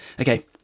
okay